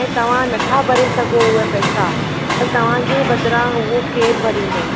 ऐं तव्हां नथा भरे सघो उहे पैसा त तव्हां जे बदिरां उहो केर भरींदो